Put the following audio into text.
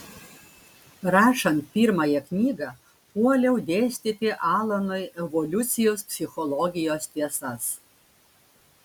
rašant pirmąją knygą puoliau dėstyti alanui evoliucijos psichologijos tiesas